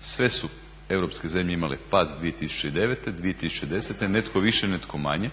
Sve su europske zemlje imale pad 2009., 2010., netko više, netko manje.